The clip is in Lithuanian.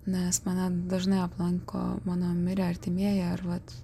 nes mane dažnai aplanko mano mirę artimieji ar vat